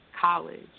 college